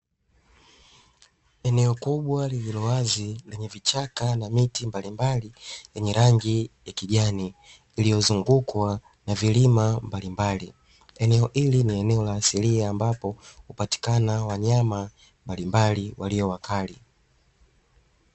Eneo kubwa lililo wazi lenye vichaka na miti mbalimbali yenye rangi ya kijani, iliyozungukwa na vilima mbalimbali. Eneo hili ni eneo la asilia, ambapo hupatikana wanyama mbalimbali walio wakali.